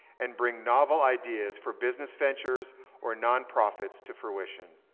and bring novel ideas for business ventures or nonprofits to fruition.